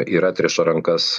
ir atriša rankas